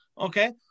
Okay